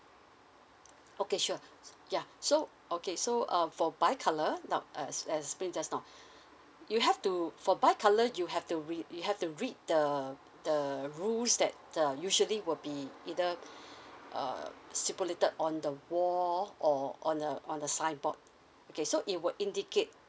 okay sure yeah so okay so um for bi colour now as as brief just now you have to for bi colour you have to read you have to read the the rules that uh usually will be either uh stipulated on the wall or on a on the signboard okay so it would indicate